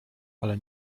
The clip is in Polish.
ale